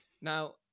Now